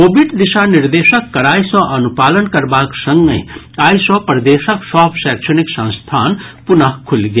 Covid दिशा निर्देशक कड़ाई सँ अनुपालन करबाक संगहि आइ सँ प्रदेशक सभ शैक्षणिक संस्थान पुनः खुलि गेल